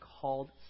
called